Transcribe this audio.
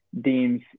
deems